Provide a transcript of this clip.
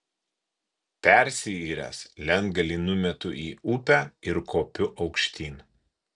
persiyręs lentgalį numetu į upę ir kopiu aukštyn